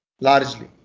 Largely